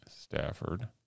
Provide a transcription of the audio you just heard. Stafford